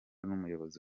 n’umuyobozi